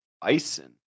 bison